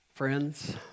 Friends